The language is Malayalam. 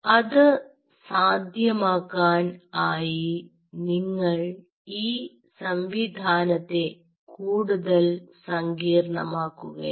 അത് സാധ്യമാക്കാൻ ആയി നിങ്ങൾ ഈ സംവിധാനത്തെ കൂടുതൽ സങ്കീർണമാക്കുകയാണ്